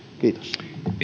kiitos